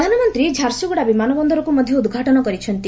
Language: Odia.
ପ୍ରଧାନମନ୍ତ୍ରୀ ଝାରସ୍ତଗ୍ରଡ଼ା ବିମାନ ବନ୍ଦରକ୍ତ ମଧ୍ୟ ଉଦ୍ଘାଟନ କରିଛନ୍ତି